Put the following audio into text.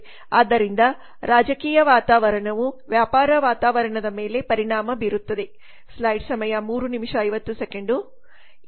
ಆದ್ದರಿಂದ ರಾಜಕೀಯ ವಾತಾವರಣವು ವ್ಯಾಪಾರ ವಾತಾವರಣದ ಮೇಲೆ ಪರಿಣಾಮ ಬೀರುತ್ತಿದೆ